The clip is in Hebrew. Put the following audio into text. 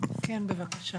כן, בבקשה.